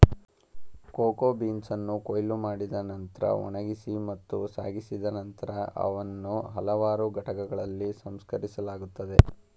cocoa ಬೀನ್ಸನ್ನು ಕೊಯ್ಲು ಮಾಡಿದ ನಂತ್ರ ಒಣಗಿಸಿ ಮತ್ತು ಸಾಗಿಸಿದ ನಂತರ ಅವನ್ನು ಹಲವಾರು ಘಟಕಗಳಲ್ಲಿ ಸಂಸ್ಕರಿಸಲಾಗುತ್ತದೆ